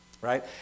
right